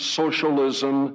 socialism